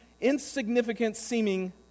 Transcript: insignificant-seeming